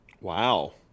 Wow